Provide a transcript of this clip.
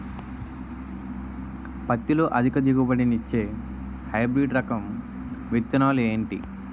పత్తి లో అధిక దిగుబడి నిచ్చే హైబ్రిడ్ రకం విత్తనాలు ఏంటి